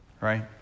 right